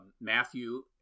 Matthew